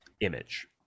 image